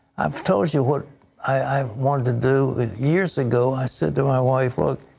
um told you what i want to do. years ago i said to my wife, look,